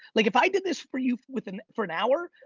like if i did this for you within for an hour.